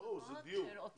ברור, זה דיור.